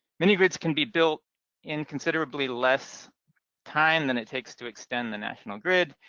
mini-grids can be built in considerably less time than it takes to extend the national grid,